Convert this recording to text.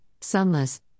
sunless